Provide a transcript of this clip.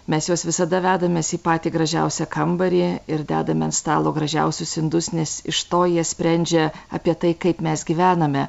mes juos visada vedamės į patį gražiausią kambarį ir dedame ant stalo gražiausius indus nes iš to jie sprendžia apie tai kaip mes gyvename